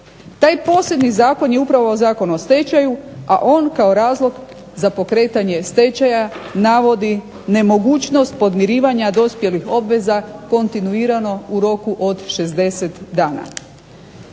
Taj posebni zakon je upravo Zakon o stečaju, a on kao razlog za pokretanje stečaja navodi nemogućnost podmirivanja dospjelih obveza kontinuirano u roku od 60 dana.